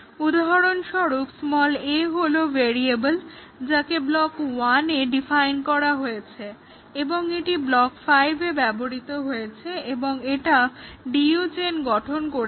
উদাহরণস্বরূপ a হলো একটা ভেরিয়েবল যাকে ব্লক 1 এ ডিফাইন করা হয়েছে এবং এটি ব্লক 5 এ ব্যবহৃত হয়েছে এবং এটা DU চেইন গঠন করেছে